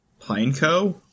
Pineco